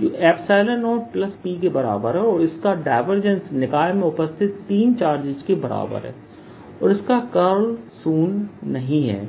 जो 0EP के बराबर है और इसका डायवर्जेंस निकाय में उपस्थित तीन चार्जेस के बराबर है और इसका कर्ल शून्य नहीं है